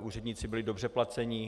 úředníci byli dobře placeni.